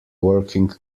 working